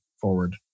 forward